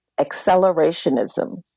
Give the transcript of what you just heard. accelerationism